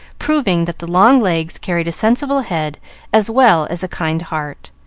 proving that the long legs carried sensible head as well as a kind heart.